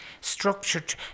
structured